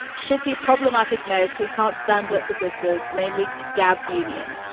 shitty, problematic mair's so can't stand up for sistas, namely gab's union.